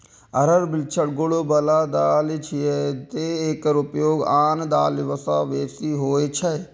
अरहर विलक्षण गुण बला दालि छियै, तें एकर उपयोग आन दालि सं बेसी होइ छै